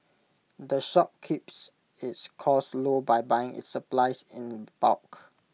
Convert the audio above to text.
the shop keeps its costs low by buying its supplies in bulk